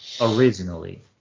originally